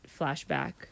flashback